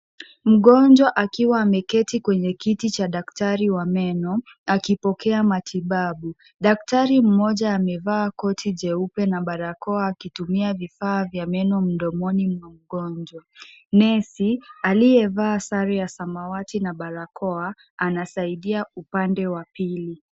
Mgonjwa akiwa ameketi kwenye kiti cha daktari wa meno akipokea matibabu , Daktari mmoja amevaa koti jeupe na barakoa akitumia vifaa vya meno mdomoni mwa mgonjwa nesi aliyevaa sare ya samawati na barakoa anasaidia upande wa pili.